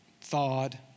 thawed